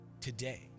Today